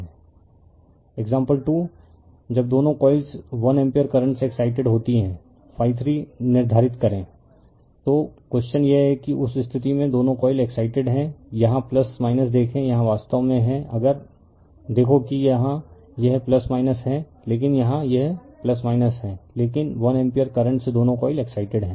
refer slide time 1629 example 2 जब दोनों coils 1 ampere current से एक्साइटेड होती हैं ∅3 निर्धारित करें तो क्वेश्चन यह है कि उस स्थिति में दोनों कॉइल एक्साइटेड हैं यहाँ देखें यहाँ वास्तव में है अगर देखो कि यहाँ यह है लेकिन यहाँ यह है लेकिन 1 एम्पीयर करंट से दोनों कॉइल एक्साइटेड हैं